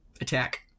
attack